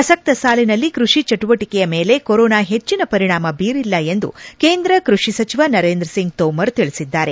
ಪ್ರಸಕ್ತ ಸಾಲಿನಲ್ಲಿ ಕೃಷಿ ಚಟುವಟಿಕೆಯ ಮೇಲೆ ಕೊರೋನಾ ಹೆಚ್ಚಿನ ಪರಿಣಾಮ ಬೀರಿಲ್ಲ ಎಂದು ಕೇಂದ್ರ ಕೃಷಿ ಸಚಿವ ನರೇಂದ್ರ ಸಿಂಗ್ ಥೋಮರ್ ತಿಳಿಸಿದ್ದಾರೆ